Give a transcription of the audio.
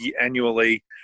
annually –